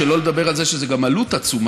שלא לדבר על זה שזאת גם עלות עצומה,